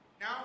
Now